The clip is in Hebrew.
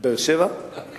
באר-שבע גם יקרה.